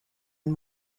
and